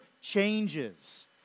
changes